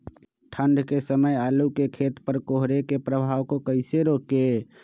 ठंढ के समय आलू के खेत पर कोहरे के प्रभाव को कैसे रोके?